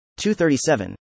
237